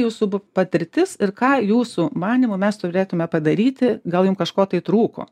jūsų patirtis ir ką jūsų manymu mes turėtume padaryti gal jum kažko tai trūko